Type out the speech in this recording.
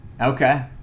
Okay